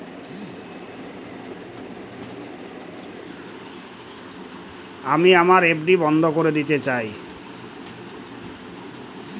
আমি আমার এফ.ডি বন্ধ করে দিতে চাই